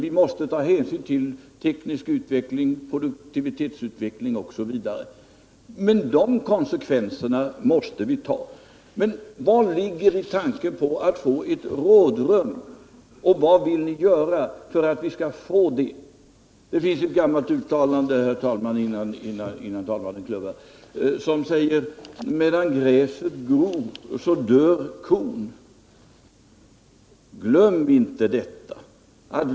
Vi måste ta hänsyn till teknisk utveckling, produktivitetsutveckling osv. De konsekvenserna måste vi ta. Men vad ligger i tanken på att få ett rådrum, och vad vill ni göra för att vi skall få det? Det finns ett gammalt ordspråk, herr talman, som säger att medan gräset gror dör kon. Glöm inte detta!